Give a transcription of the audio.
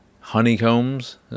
honeycombs